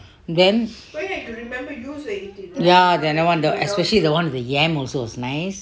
then ya then I wonder especially the one with yam also is nice